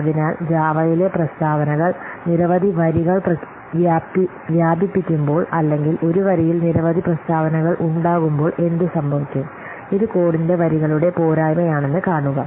അതിനാൽ ജാവയിലെ പ്രസ്താവനകൾ നിരവധി വരികൾ വ്യാപിപ്പിക്കുമ്പോൾ അല്ലെങ്കിൽ ഒരു വരിയിൽ നിരവധി പ്രസ്താവനകൾ ഉണ്ടാകുമ്പോൾ എന്തുസംഭവിക്കും ഇത് കോഡിന്റെ വരികളുടെ പോരായ്മയാണെന്ന് കാണുക